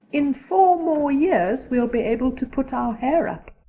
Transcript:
in four more years we'll be able to put our hair up,